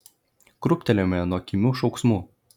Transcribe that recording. krūptelėjome nuo kimių šauksmų